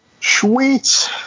Sweet